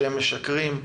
שהם משקרים.